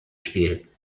spiel